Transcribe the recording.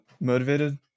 motivated